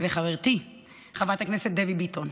וחברתי חברת הכנסת דבי ביטון,